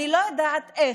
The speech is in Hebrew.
אני לא יודעת איך,